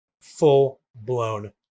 full-blown